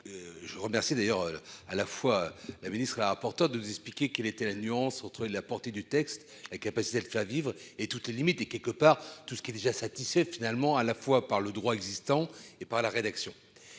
je remercie d'ailleurs à la fois la ministre rapporteur de nous expliquer qu'il était la nuance entre la portée du texte et qui a passé à vivre et toutes les limites, et quelque part tout ce qui est déjà satisfait finalement à la fois par le droit existant et par la rédaction.